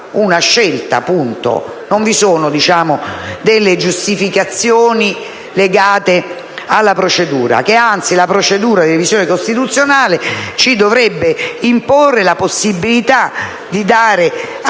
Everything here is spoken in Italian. Non vi sono giustificazioni legate alla procedura, ché anzi la procedura di revisione costituzionale ci dovrebbe imporre di riconoscere a tutti